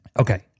Okay